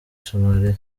somaliya